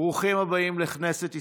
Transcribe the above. ברוכים הבאים לכנסת ישראל.